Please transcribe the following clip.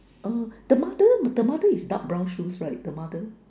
err the mother the mother is dark brown shoes right the mother